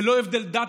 ללא הבדל דת,